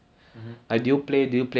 !wah! but that one quite